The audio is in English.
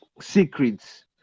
secrets